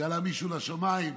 שעלה מישהו לשמיים,